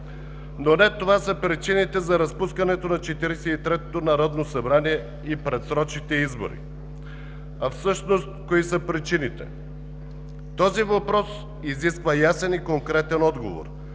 Но не това са причините за разпускането на Четиридесет и третото народно събрание и предсрочните избори, а всъщност кои са причините? Този въпрос изисква ясен и конкретен отговор,